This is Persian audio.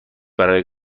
برای